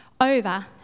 over